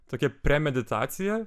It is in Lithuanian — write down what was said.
tokia premeditacija